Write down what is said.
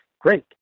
great